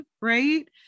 Right